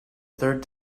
third